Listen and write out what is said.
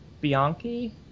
Bianchi